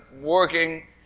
working